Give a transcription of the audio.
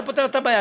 לא פותר את הבעיה,